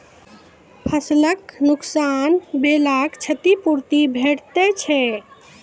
फसलक नुकसान भेलाक क्षतिपूर्ति भेटैत छै?